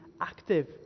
active